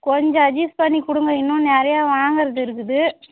கொஞ்சம் அட்ஜஸ்ட் பண்ணி கொடுங்க இன்னும் நிறையா வாங்கறது இருக்குது